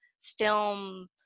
film